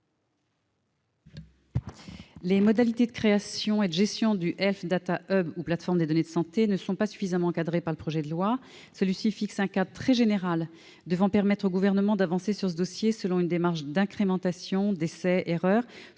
Les modalités de création et de gestion du Health Data Hub, ou plateforme des données de santé, ne sont pas suffisamment encadrées par le projet de loi. Celui-ci fixe un cadre très général devant permettre au Gouvernement d'avancer sur ce dossier selon une démarche d'incrémentation et d'essais/erreurs.